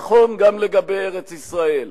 נכון גם לגבי ארץ-ישראל,